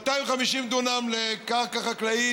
250 דונם לקרקע חקלאית,